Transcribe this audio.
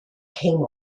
came